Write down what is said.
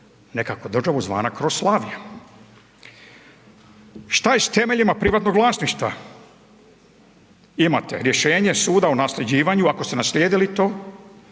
nekakvu državu zvana Kroslavija. Što je s temeljima privatnog vlasništva? Imate rješenje suda o nasljeđivanju, ako ste naslijedili to,